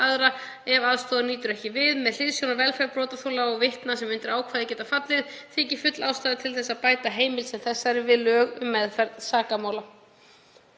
aðra ef aðstoðar nýtur ekki við.“ Með hliðsjón af velferð brotaþola og vitna sem undir ákvæðið geta fallið þykir full ástæða til þess að bæta heimild sem þessari við lög um meðferð sakamála.